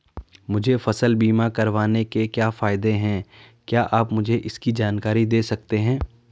मुझे फसल बीमा करवाने के क्या फायदे हैं क्या आप मुझे इसकी जानकारी दें सकते हैं?